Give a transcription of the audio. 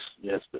yes